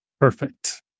Perfect